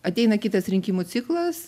ateina kitas rinkimų ciklas